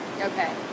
Okay